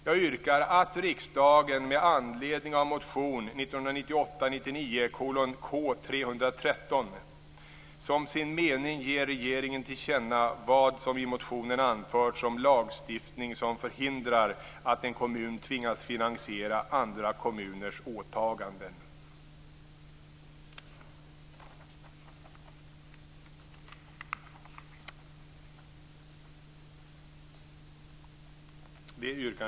Jag yrkar att riksdagen med anledning av motion 1998/99:K313 som sin mening ger regeringen till känna vad som i motionen anförts om lagstiftning som förhindrar att en kommun tvingas finansiera andra kommuners åtaganden.